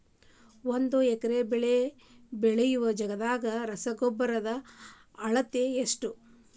ಒಂದ್ ಎಕರೆ ಬೆಳೆ ಬೆಳಿಯೋ ಜಗದಾಗ ರಸಗೊಬ್ಬರದ ಅಳತಿ ಎಷ್ಟು?